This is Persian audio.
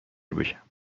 بشم